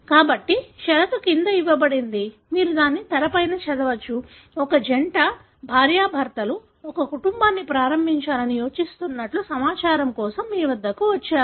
కాబట్టి షరతు క్రింద ఇవ్వబడింది మీరు దాన్ని తెరపై చదవవచ్చు ఒక జంట భార్యాభర్తలు ఒక కుటుంబాన్ని ప్రారంభించాలని యోచిస్తున్నట్లు సమాచారం కోసం మీ వద్దకు వచ్చారు